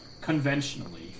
conventionally